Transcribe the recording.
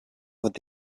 with